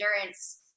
endurance